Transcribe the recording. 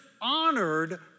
honored